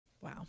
Wow